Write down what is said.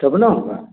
तब न होगा